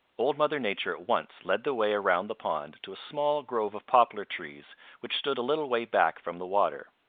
old mother nature at once led the way around the pond to a small grove of poplar trees which stood a little way back from the water.